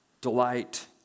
Delight